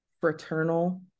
fraternal